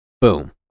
Boom